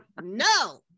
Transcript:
No